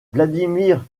vladimir